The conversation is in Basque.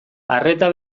arreta